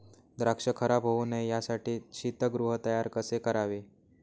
द्राक्ष खराब होऊ नये यासाठी शीतगृह तयार कसे करावे?